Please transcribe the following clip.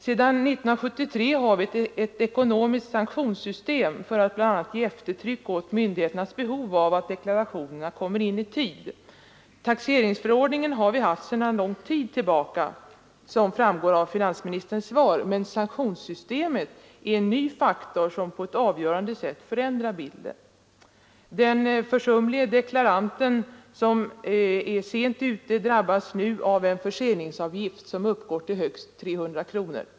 Sedan 1973 har vi ett ekonomiskt sanktionssystem för att bl.a. ge eftertryck åt myndigheternas behov av att deklarationerna kommer in i tid. Taxeringsförordningen har vi haft sedan lång tid tillbaka, som framgår av finansministerns svar, men sanktionssystemet är en ny faktor som på ett avgörande sätt förändrar bilden. Den försumlige deklarant som är för sent ute drabbas nu av en förseningsavgift som uppgår till högst 300 kronor.